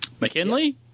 McKinley